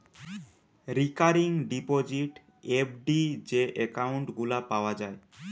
recurring deposit, FD যে account গুলা পাওয়া যায়